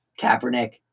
Kaepernick